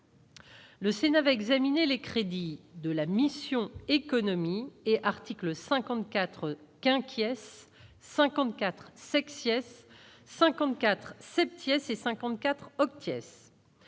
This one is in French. Le Sénat va examiner les crédits de la mission économie et article 54. Qu'inquiet 54 sexy F. 54 petit 54 obtiennent.